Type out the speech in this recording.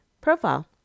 profile